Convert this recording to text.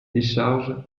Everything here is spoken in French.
décharges